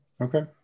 Okay